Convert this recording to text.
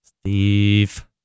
Steve